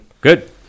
Good